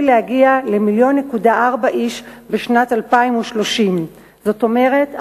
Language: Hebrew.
שיגיע ל-1.4 מיליון איש בשנת 2030. זאת אומרת,